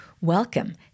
Welcome